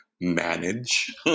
manage